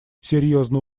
серьезно